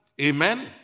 Amen